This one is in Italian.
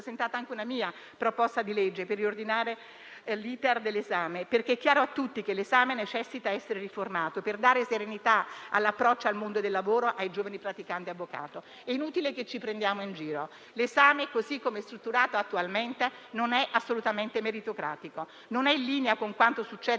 presentato anche una mia proposta di legge per riordinare l'*iter* dell'esame, perché è chiaro a tutti che l'esame necessita di essere riformato, per dare serenità nell'approccio al mondo del lavoro ai giovani praticanti avvocati. È inutile che ci prendiamo in giro: l'esame, così com'è strutturato attualmente, non è assolutamente meritocratico e non è in linea con quanto succede